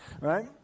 right